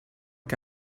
que